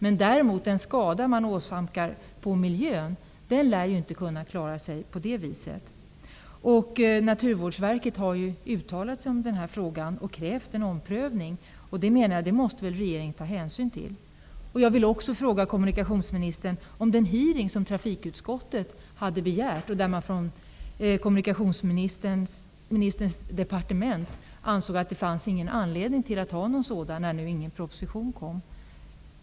Men den skada som man åsamkar miljön lär däremot inte kunna klaras på det viset. Naturvårdsverket har uttalat sig i denna fråga och krävt en omprövning. Det måste väl regeringen ta hänsyn till. Jag vill också fråga kommunikationsministern om den utfrågning som trafikutskottet hade begärt och där man från kommunikationsministerns departement ansåg att det inte fanns någon anledning att ha en sådan när nu ingen proposition kom.